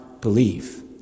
believe